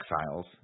exiles